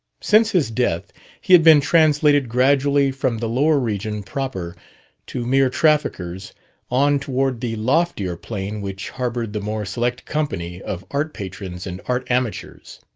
since his death he had been translated gradually from the lower region proper to mere traffickers on toward the loftier plane which harbored the more select company of art-patrons and art-amateurs.